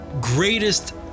greatest